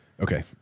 Okay